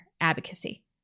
advocacy